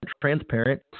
transparent